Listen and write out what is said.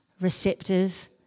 receptive